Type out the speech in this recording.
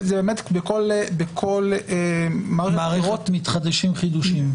בכל מערכת בחירות מתחדשים חידושים.